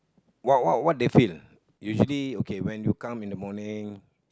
what what what they feel usually okay when you come in the morning